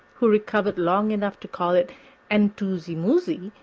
who recovered long enough to call it entuzy-muzy,